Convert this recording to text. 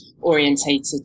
orientated